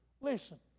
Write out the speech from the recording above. listen